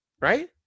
right